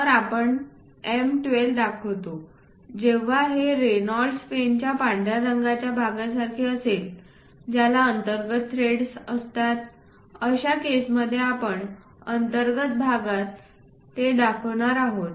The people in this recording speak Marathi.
तर आपण M 12 दाखवतो जेव्हा हे रेनॉल्ड्स पेनच्या पांढऱ्या रंगाच्या भागासारखे असेल ज्याला अंतर्गत थ्रेड्स असतात अशा केसमध्ये आपण अंतर्गत भागात ते दाखवणार आहोत